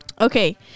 okay